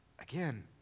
again